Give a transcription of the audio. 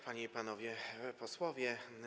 Panie i Panowie Posłowie!